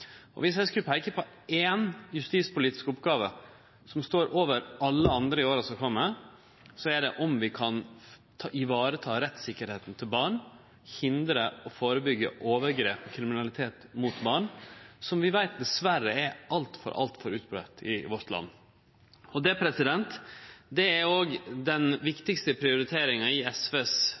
Viss eg skal peike på éi justispolitisk oppgåve som står over alle andre i åra som kjem, så er det å vareta rettssikkerheita til barn og hindre og førebyggje overgrep og kriminalitet mot barn, som vi dessverre veit er altfor utbredt i vårt land. Dette er òg den viktigaste prioriteringa i SVs